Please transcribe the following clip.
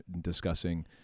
discussing